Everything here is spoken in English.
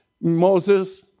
Moses